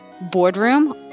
boardroom